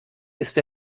ist